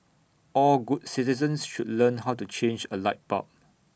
all good citizens should learn how to change A light bulb